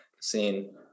seen